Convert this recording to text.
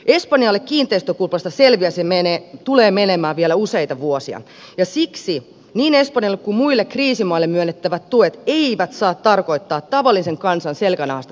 espanjassa kiinteistökuplasta selviämiseen tulee menemään vielä useita vuosia ja siksi niin espanjalle kuin muille kriisimaille myönnettävät tuet eivät saa tarkoittaa tavallisen kansan selkänahasta säästämistä